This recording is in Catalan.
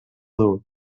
dur